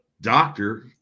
doctor